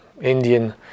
Indian